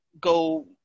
go